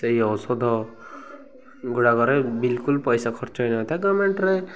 ସେଇ ଔଷଧ ଗୁଡ଼ାକରେ ବିଲକୁଲ୍ ପଇସା ଖର୍ଚ୍ଚ ହେଇନଥାଏ ଗଭମେଣ୍ଟରେ